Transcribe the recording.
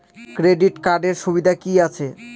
Credit কার্ডের সুবিধা কি আছে?